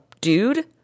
dude